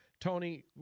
tony